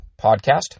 podcast